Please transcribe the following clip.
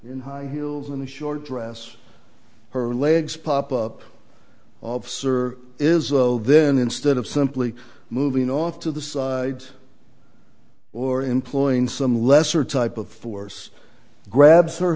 in high heels and a short dress her legs pop up officer is then instead of simply moving off to the side or employing some lesser type of force grabs her